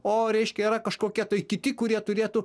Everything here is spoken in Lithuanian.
o reiškia yra kažkokie tai kiti kurie turėtų